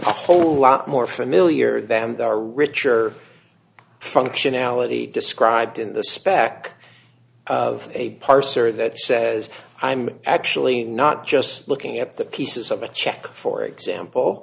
whole lot more familiar than their richer functionality described in the spec of a parser that says i'm actually not just looking at the pieces of a check for example